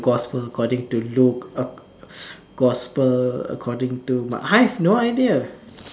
the gospel according to luke gospel according to m~ I have no idea